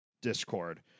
Discord